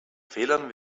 fehlern